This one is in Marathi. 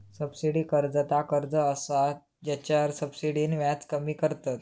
सब्सिडी कर्ज ता कर्ज असा जेच्यावर सब्सिडीन व्याज कमी करतत